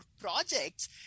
projects